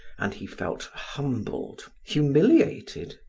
and he felt humbled, humiliated.